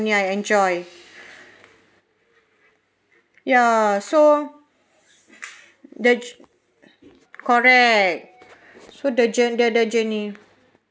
I enjoy ya so the correct so the journ~ the the journey